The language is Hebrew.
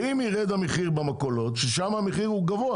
ואם ירד המחיר במכולות ששם המחיר גבוה